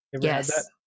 Yes